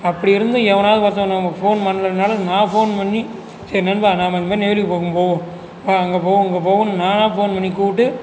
அப்படி இருந்தும் எவனாவது ஒருத்தன் நம்ம ஃபோன் பண்ணலனாலும் நான் ஃபோன் பண்ணி சரி நண்பா நாம இந்தமாதிரி நெய்வேலி பக்கம் போவோம் வா அங்கே போவம் இங்கே போவம்னு நானாக ஃபோன் பண்ணி கூப்பிட்டு